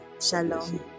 Shalom